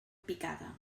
picada